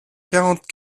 quarante